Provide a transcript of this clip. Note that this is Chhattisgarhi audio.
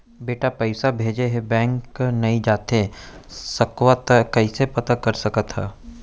बेटा पइसा भेजे हे, बैंक नई जाथे सकंव त कइसे पता कर सकथव?